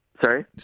Sorry